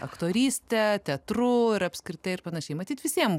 aktoryste teatru ir apskritai ir panašiai matyt visiem